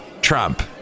Trump